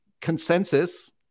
consensus